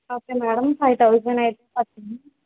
okay madam five thousand అయితే పడుతుంది